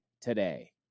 today